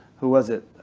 who was it,